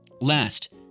Last